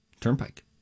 Turnpike